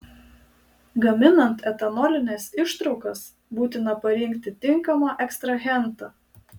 gaminant etanolines ištraukas būtina parinkti tinkamą ekstrahentą